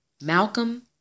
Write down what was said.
Malcolm